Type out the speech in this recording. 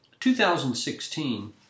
2016